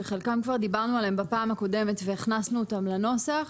שחלקם כבר דיברנו עליהם בפעם הקודמת והכנסנו אותם לנוסח,